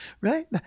Right